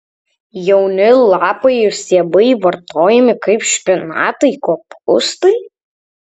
jauni lapai ir stiebai vartojami kaip špinatai kopūstai